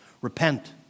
repent